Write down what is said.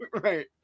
right